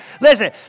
Listen